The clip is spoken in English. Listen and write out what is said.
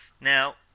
Now